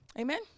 Amen